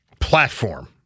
platform